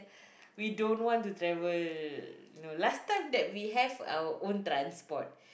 we don't want to travel you know last time that we have our own transport